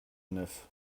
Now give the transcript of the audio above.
neuf